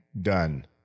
done